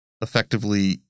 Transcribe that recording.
effectively